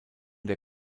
der